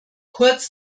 kurz